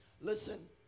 Listen